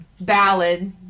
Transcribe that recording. ballad